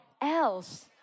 else